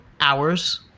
hours